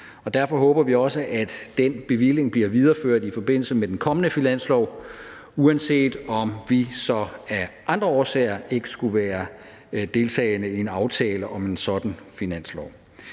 derfor håber vi også, at den bevilling bliver videreført i forbindelse med den kommende finanslov, uanset om vi så af andre årsager ikke skulle deltage i en aftale om en sådan finanslov.